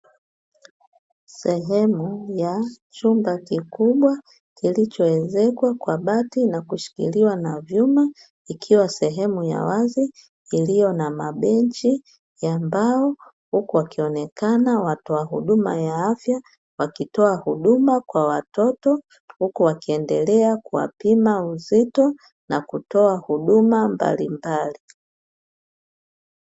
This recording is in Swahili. Sehemu ya chumba kikubwa kilichoezekwa kwa bati na kushikiliwa na vyuma, ikiwa sehemu ya wazi iliyo na mabenchi ya mbao, uku wakionekana watoa huduma ya afya wakitoa huduma kwa watoto, uku wakiendelea kuwapima uzito, na kutoa huduma mbalimbali.